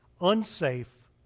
unsafe